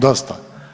Dosta.